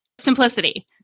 simplicity